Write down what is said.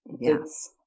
yes